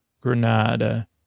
Granada